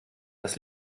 das